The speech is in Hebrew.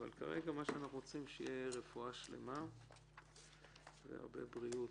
כרגע מה שאנחנו רוצים זה שתהיה רפואה שלמה והרבה בריאות.